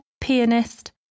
pianist